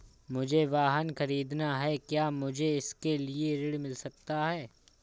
मुझे वाहन ख़रीदना है क्या मुझे इसके लिए ऋण मिल सकता है?